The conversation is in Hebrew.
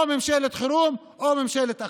או ממשלת חירום או ממשלת אחדות,